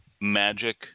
Magic